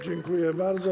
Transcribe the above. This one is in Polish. Dziękuję bardzo.